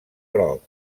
groc